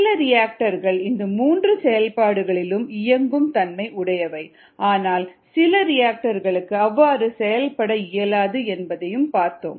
சில ரியாக்டர்கள் இந்த மூன்று செயல்பாடுகளிலும் இயங்கும் தன்மை உடையவை ஆனால் சில ரியாக்டர்களுக்கு அவ்வாறு செயல்பட இயலாது என்பதை பார்த்தோம்